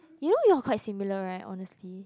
you know you're quite similar right honestly